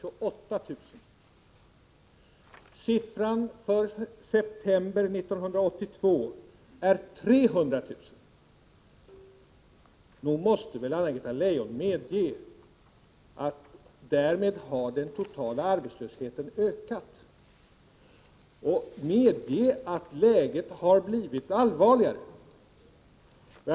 Då måste jag få fråga Anna-Greta Leijon: Medger inte Anna-Greta Leijon att den totala arbetslösheten har ökat och att läget har blivit allvarligare, då siffran för den totala arbetslösheten i dag är 328 000, medan siffran för september 1982 var 300 000?